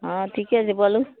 हँ ठीके छै बोलू